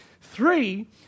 Three